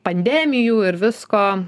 pandemijų ir visko